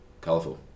colourful